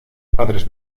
padres